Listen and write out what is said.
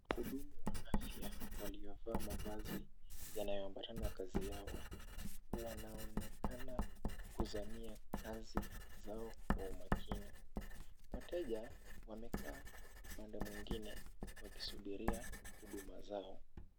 Wahudumu wa afya waliovaa mavazi yanayoambatana na kazi yao. Wanaonekana kuzamia kazi zao kwa umakini. Wateja wamekaa upande mwingine wakisubiria huduma zao.